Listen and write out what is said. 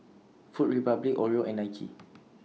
Food Republic Oreo and Nike